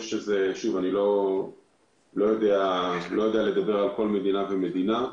אבל אני לא יודע לדבר על כל מדינה ומדינה.